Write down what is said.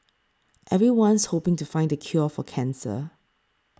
everyone's hoping to find the cure for cancer